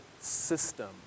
system